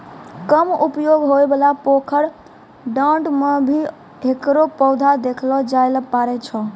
कम उपयोग होयवाला पोखर, डांड़ में भी हेकरो पौधा देखलो जाय ल पारै छो